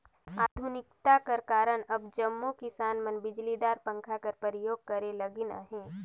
आधुनिकता कर कारन अब जम्मो किसान मन बिजलीदार पंखा कर परियोग करे लगिन अहे